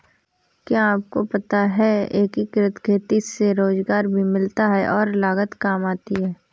क्या आपको पता है एकीकृत खेती से रोजगार भी मिलता है और लागत काम आती है?